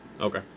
Okay